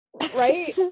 Right